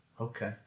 Okay